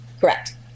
Correct